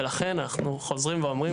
ולכן אנחנו חוזרים ואומרים,